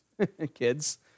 kids